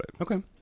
Okay